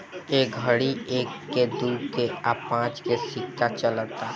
ए घड़ी एक के, दू के आ पांच के सिक्का चलता